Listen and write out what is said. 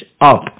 up